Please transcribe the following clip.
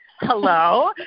hello